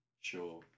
Sure